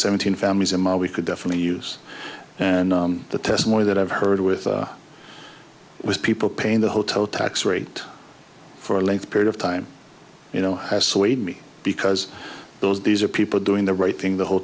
seventeen families a mile we could definitely use and the testimony that i've heard with it was people paying the hotel tax rate for a lengthy period of time you know swayed me because those these are people doing the right thing the whole